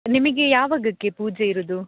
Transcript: ನಿಮಗೆ ಯಾವಾಗಕ್ಕೆ ಪೂಜೆ ಇರೋದು